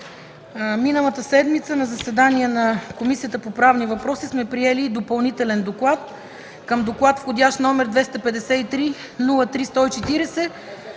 Миналата седмица на заседание на Комисията по правни въпроси приехме и Допълнителен доклад към Доклад с входящ № 253-03-140